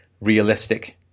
realistic